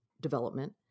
development